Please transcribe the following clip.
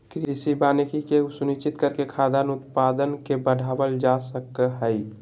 कृषि वानिकी के सुनिश्चित करके खाद्यान उत्पादन के बढ़ावल जा सक हई